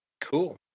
Cool